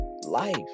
life